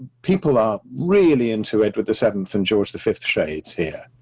people are really into it with the seventh and george, the fifth shades here.